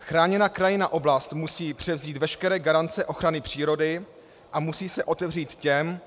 Chráněná krajinná oblast musí převzít veškeré garance ochrany přírody a musí se otevřít těm,